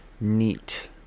neat